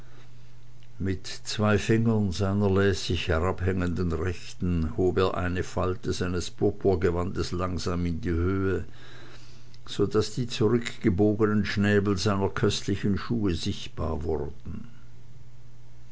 mit zwei fingern seiner lässig herabhangenden rechten hob er eine falte seines purpurgewandes langsam in die höhe so daß die zurückgebogenen schnäbel seiner köstlichen schuhe sichtbar wurden